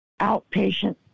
outpatient